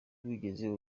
wigeze